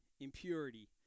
impurity